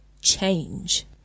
change